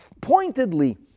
pointedly